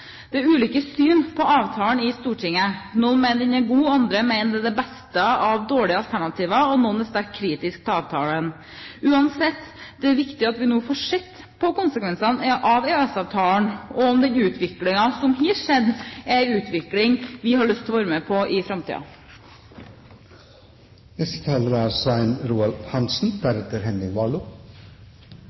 Det er ulike syn på avtalen i Stortinget. Noen mener den er god, andre mener den er det beste av dårlige alternativer, og noen er sterkt kritiske til avtalen. Uansett er det viktig at vi nå får sett på konsekvensene av EØS-avtalen og om den utviklingen som har skjedd, er en utvikling som vi har lyst til å være med på i framtiden. Denne debatten viser at det er